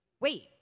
Wait